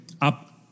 up